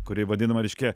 kuri vadinama reiškia